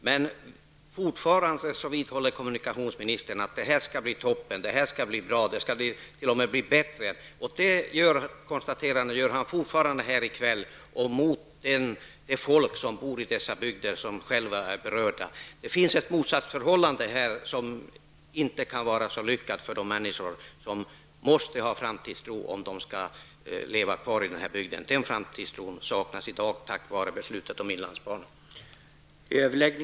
Men kommunikationsministern vidhåller fortfarande att detta skall bli toppen. Det här skall bli bra. Det skall t.o.m. bli bättre. Kommunikationsministern gör fortfarande detta konstaterande här i kväll, och det går emot det folk som bor i dessa bygder och som är berörda av detta. Det finns ett motsatsförhållande här. Det kan inte vara lyckat för de människor som måste ha framtidstro om de skall leva kvar i den här bygden. Den framtidstron saknas i dag till följd av beslutet om inlandsbanan.